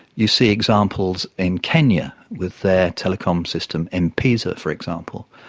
you see examples in kenya with their telecom system m-pesa, for example,